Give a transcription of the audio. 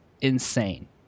insane